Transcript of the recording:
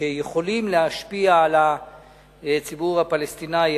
שיכולים להשפיע על הציבור הפלסטיני,